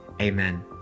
amen